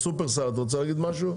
שופרסל את רוצה להגיד משהו?